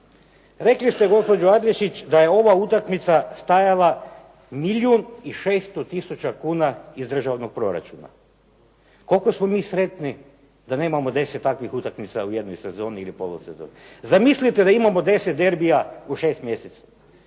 Rekli ste gospođo Adlešič da je ova utakmica stajala milijun i 600 tisuća kuna iz državnog proračuna. Koliko smo mi sretni da nemamo 10 takvih utakmica u jednoj sezoni ili polusezoni. Zamislite da imamo 10 derbija u 6 mjeseci.